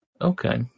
Okay